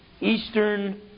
Eastern